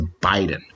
Biden